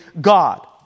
God